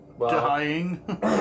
Dying